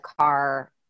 car